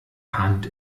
hand